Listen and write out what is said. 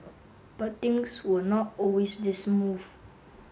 but things were not always this smooth